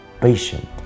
patient